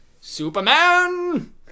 Superman